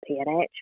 PNH